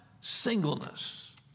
singleness